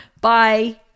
bye